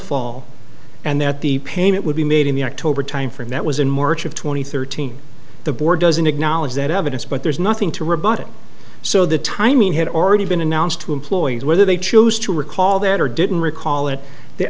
fall and that the payment would be made in the october timeframe that was in march of two thousand and thirteen the board doesn't acknowledge that evidence but there's nothing to rebut it so the timing had already been announced to employees whether they choose to recall that or didn't recall it the